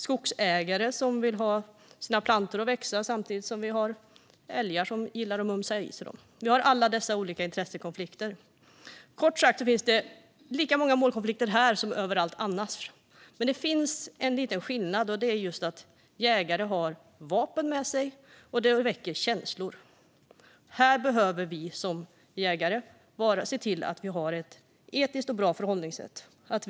Skogsägare vill att deras plantor ska växa samtidigt som det finns älgar som gillar att mumsa i sig dem. Här finns alla dessa olika intressekonflikter. Kort sagt finns lika många målkonflikter här som överallt annars. Men det finns en liten skillnad, nämligen att jägare har vapen med sig - och vapen väcker känslor. Här behöver vi som är jägare se till att vi har ett etiskt och bra förhållningssätt.